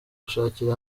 gushakira